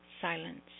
silence